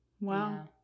Wow